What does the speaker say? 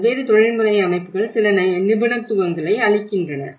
பல்வேறு தொழில்முறை அமைப்புகள் சில நிபுணத்துவங்களை அளிக்கின்றன